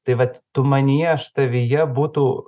tai vat tu manyje aš tavyje būtų